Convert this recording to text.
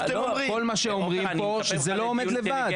כל מה שאומרים פה שזה לא עומד לבד.